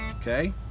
Okay